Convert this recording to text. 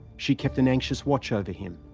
she kept an anxious watch over him.